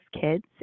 kids